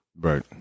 Right